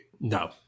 No